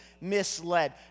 misled